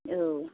औ